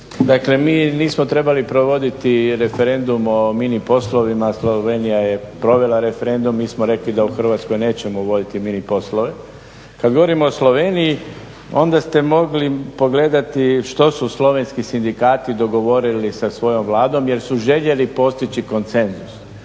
Dakle, mi nismo trebali provoditi referendum o mini poslovima, Slovenija je provela referendum, mi smo rekli da u Hrvatskoj nećemo uvoditi mini poslove. Kada govorimo o Sloveniji onda ste mogli pogledati što su slovenski sindikati dogovorili sa svojom Vladom jer su željeli postići konsenzus.